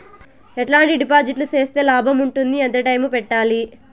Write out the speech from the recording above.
ఎట్లాంటి డిపాజిట్లు సేస్తే లాభం ఉంటుంది? ఎంత టైము పెట్టాలి?